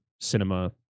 cinema